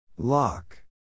Lock